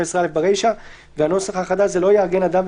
15(א) והנוסח החדש אומר: "לא יארגן אדם,